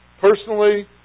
Personally